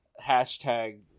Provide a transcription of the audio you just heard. hashtag